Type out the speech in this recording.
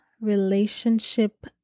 relationship